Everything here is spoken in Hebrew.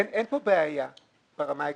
אין בעיה ברמה העקרונית.